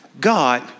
God